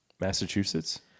Massachusetts